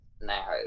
now